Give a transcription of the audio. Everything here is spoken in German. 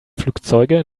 flugzeuge